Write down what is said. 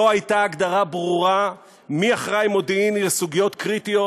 לא הייתה הגדרה ברורה מי אחראי מודיעיני לסוגיות קריטיות,